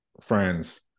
friends